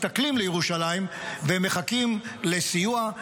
מסתכלים לירושלים ומחכים לסיוע.